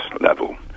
level